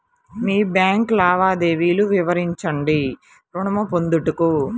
Bank లావాదేవీలు వివరించండి ఋణము పొందుటకు?